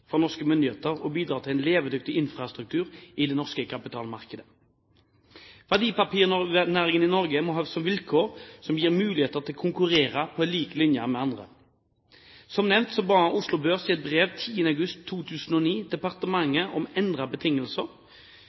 for norske myndigheter å bidra til en levedyktig infrastruktur i det norske kapitalmarkedet. Verdipapirnæringen i Norge må ha vilkår som gir mulighet til å konkurrere på lik linje med andre. Som nevnt ba Oslo Børs i et brev 10. august 2009 departementet om endrede betingelser.